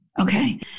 Okay